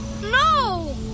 No